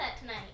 tonight